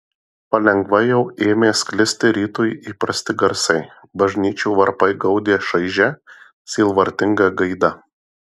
palengva jau ėmė sklisti rytui įprasti garsai bažnyčių varpai gaudė šaižia sielvartinga gaida